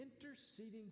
interceding